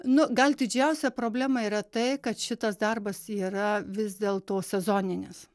nu gal didžiausia problema yra tai kad šitas darbas yra vis dėl to sezoninis